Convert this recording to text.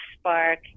spark